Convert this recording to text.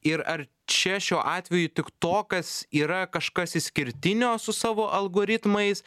ir ar čia šiuo atveju tiktokas yra kažkas išskirtinio su savo algoritmais